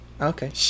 Okay